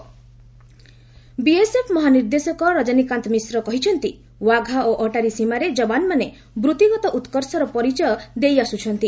ଡିକ୍ଜି BSF BSF ମହାନିର୍ଦ୍ଦେଶକ ରଜନୀକାନ୍ତ ମିଶ୍ର କହିଛନ୍ତି ୱାଘା ଓ ଅଟାରୀ ସୀମାରେ ଯବାନମାନେ ବୃତ୍ତିଗତ ଉତ୍କର୍ଷର ପରିଚୟ ଦେଇ ଆସ୍କୁଛନ୍ତି